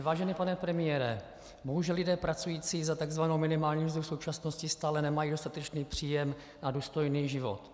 Vážený pane premiére, bohužel lidé pracující za takzvanou minimální mzdu v současnosti stále nemají dostatečný příjem na důstojný život.